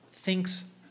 thinks